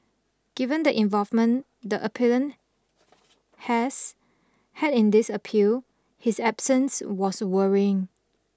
given the involvement the appellant has had in this appeal his absence was worrying